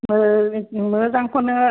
मो मोजांखौनो